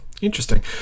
Interesting